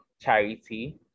charity